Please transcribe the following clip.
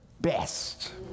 best